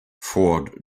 ford